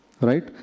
right